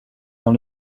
dans